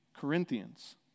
Corinthians